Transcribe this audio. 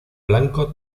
blanco